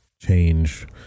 change